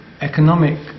economic